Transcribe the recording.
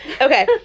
Okay